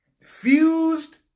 fused